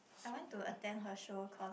I want to attend her show because